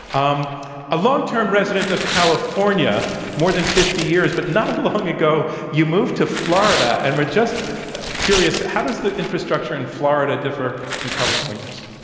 um a long term resident of california more than fifty years, but not long ago you moved to florida. and we're just curious, how does the infrastructure in florida differ from california's?